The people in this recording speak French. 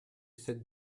cette